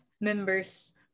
members